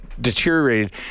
deteriorated